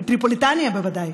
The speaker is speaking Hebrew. לטריפולי בוודאי.